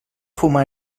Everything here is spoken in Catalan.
fumar